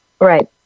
right